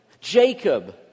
Jacob